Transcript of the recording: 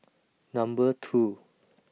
Number two